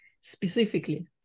specifically